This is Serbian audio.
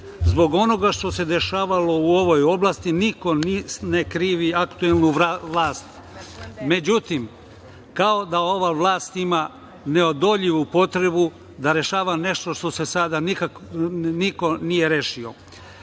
Zbog onoga što se dešavalo u ovoj oblasti, niko ne krivi aktuelnu vlasti, međutim, kao da ova vlast ima neodoljivu potrebu da rešava nešto što do sada niko nije rešio.